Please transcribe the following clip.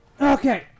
Okay